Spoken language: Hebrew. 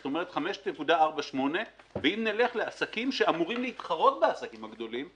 זאת אומרת 5.48%. אם נלך לעסקים שאמורים להתחרות בעסקים הגדולים,